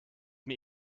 mir